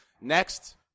Next